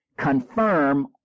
confirm